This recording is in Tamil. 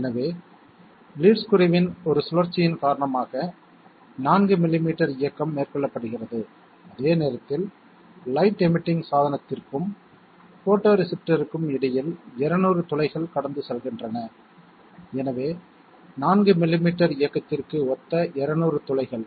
எனவே லீட் ஸ்க்ரூவின் ஒரு சுழற்சியின் காரணமாக 4 மில்லிமீட்டர் இயக்கம் மேற்கொள்ளப்படுகிறது அதே நேரத்தில் லைட் எமிட்டிங் சாதனத்திற்கும் போட்டோரிசெப்டர்க்கும் இடையில் 200 துளைகள் கடந்து செல்கின்றன எனவே 4 மில்லிமீட்டர் இயக்கத்திற்கு ஒத்த 200 துளைகள்